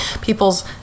people's